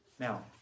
Now